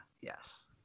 Yes